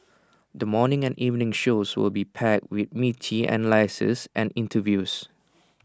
the morning and evening shows will be packed with meaty analyses and interviews